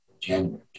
January